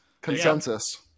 consensus